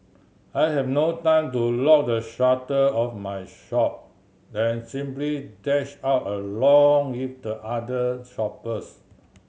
I had no time to lock the shutter of my shop and simply dashed out along with the other shoppers